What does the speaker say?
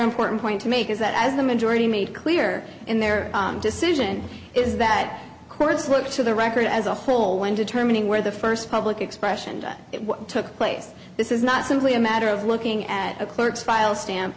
important point to make is that as the majority made clear in their decision is that courts look to the record as a whole when determining where the first public expression took place this is not simply a matter of looking at a clerk's file stamp